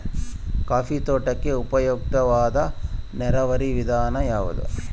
Coffee ತೋಟಕ್ಕೆ ಉಪಯುಕ್ತವಾದ ನೇರಾವರಿ ವಿಧಾನ ಯಾವುದು?